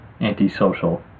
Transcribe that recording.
antisocial